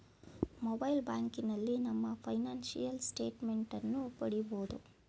mobile ಬ್ಯಾಂಕಿನಲ್ಲಿ ನಮ್ಮ financial statement ಅನ್ನು ಪಡಿಬೋದು